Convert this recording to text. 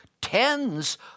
tens